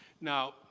now